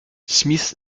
smith